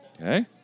Okay